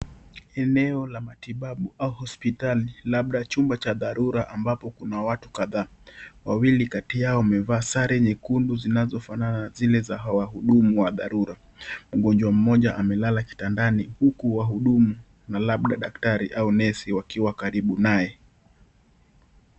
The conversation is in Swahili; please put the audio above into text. Eneo la matibabu au hospitalini labda chumba cha dharura ambapo kuna watu kadhaa wawili kati yao wamevaa sare nyekundu zimazofanana na zile za wahudumu wa dharura mgonjwa mmoja amelala kitandani huku wahudumu na labda daktari au nesi wakiwa karibu naye.